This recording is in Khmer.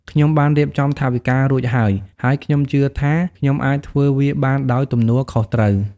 ខ្ញុំបានរៀបចំថវិការួចហើយ ហើយខ្ញុំជឿថាខ្ញុំអាចធ្វើវាបានដោយទំនួលខុសត្រូវ។